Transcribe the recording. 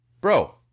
bro